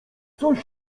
coś